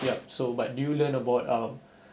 yup so but do you learn about um